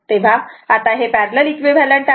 तेव्हा आता हे पॅरलल इक्विव्हॅलंट आहे